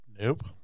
Nope